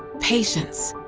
patience,